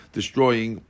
destroying